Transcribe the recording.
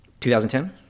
2010